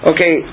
Okay